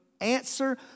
answer